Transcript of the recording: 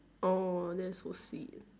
!aww! that's so sweet